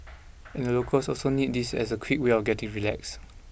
and the locals also need this as a quick way of getting relax